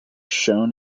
shown